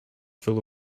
full